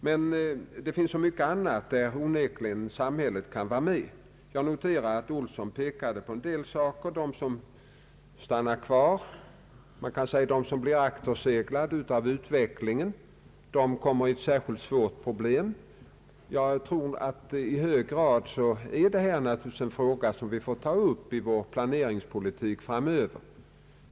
Men det finns så många andra områden där samhället onekligen kan vara med, och jag noterar att herr Olsson pekar på en del sådana. De som stannar kvar, som blir akterseglade av utvecklingen så att säga, får särskilt svåra problem. Detta är naturligtvis i hög grad en fråga som vi får beakta i vår planeringspolitik framöver.